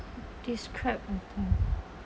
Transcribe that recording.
describe a time